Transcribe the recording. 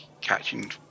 catching